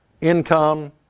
income